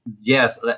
yes